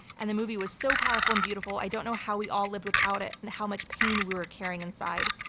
and the movie was so powerful and beautiful, i don't know how we all lived without it and how much pain we were carrying inside.